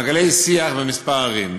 מעגלי שיח בכמה ערים.